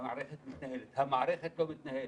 שהמערכת מתנהלת, המערכת לא מתנהלת,